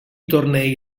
tornei